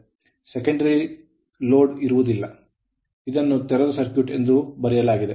secondary ದ್ವಿತೀಯದಲ್ಲಿ load ಹೊರೆ ಇಲ್ಲ ಇದನ್ನು ತೆರೆದ ಸರ್ಕ್ಯೂಟ್ ಎಂದು ಬರೆಯಲಾಗಿದೆ